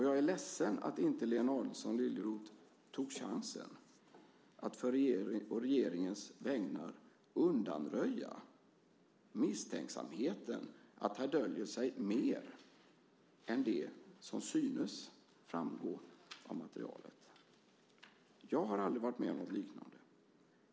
Jag är ledsen att inte Lena Adelsohn Liljeroth tog chansen att å regeringens vägnar undanröja misstänksamheten om att det här döljer sig mer än det som synes framgå av materialet. Jag har aldrig varit med om något liknande.